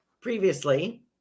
previously